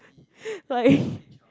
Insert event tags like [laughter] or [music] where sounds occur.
like [laughs]